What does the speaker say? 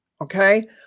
okay